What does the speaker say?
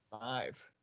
five